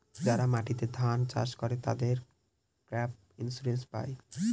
যারা মাটিতে ধান চাষ করে, তারা ক্রপ ইন্সুরেন্স পায়